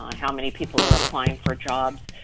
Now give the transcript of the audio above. how many people are applying for jobs,